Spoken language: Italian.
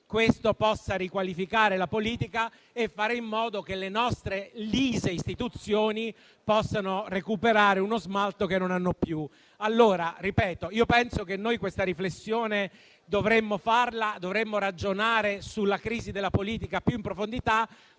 questo possa riqualificare la politica e fare in modo che le nostre lise istituzioni possano recuperare uno smalto che non hanno più. Ribadisco allora di ritenere che questa riflessione dovremmo fare e dovremmo ragionare sulla crisi della politica più in profondità.